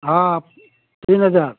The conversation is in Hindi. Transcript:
हाँ तीन हज़ार